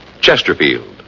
Chesterfield